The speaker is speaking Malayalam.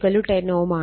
RL 10 Ω ആണ്